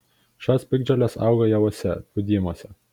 šios piktžolės auga javuose pūdymuose